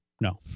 no